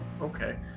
Okay